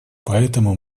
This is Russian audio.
поэтому